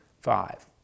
five